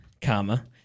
comma